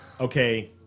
Okay